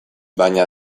baina